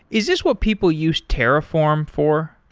is this what people use terraform for?